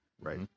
Right